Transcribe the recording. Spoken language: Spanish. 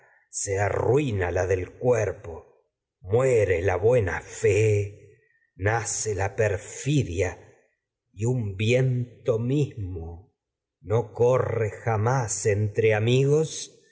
se arruina la del cuerpo muere la buena fe nace entre la perfidia y un viento mismo no corre unos jamás ahora amigos